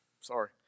sorry